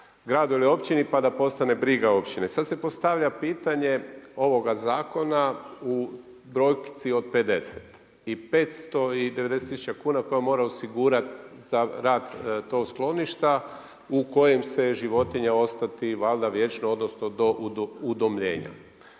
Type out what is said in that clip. gradu ili općini pa da postane briga općine. Sada se postavlja pitanje ovoga zakona u brojci i 50 i 590 tisuća kuna koje mora osigurati za rad tog skloništa u kojem će životinja ostati valjda vječno odnosno do udomljenja.